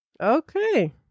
Okay